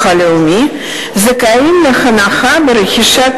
אדוני היושב-ראש,